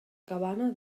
cabana